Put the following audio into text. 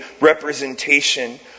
representation